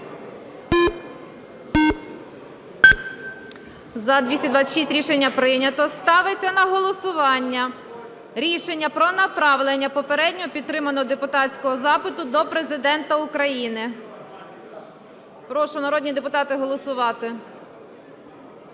За-226 Рішення прийнято. Ставиться на голосування рішення про направлення попередньо підтриманого депутатського запиту до Президента України. Прошу, народні депутати, голосувати.